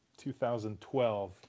2012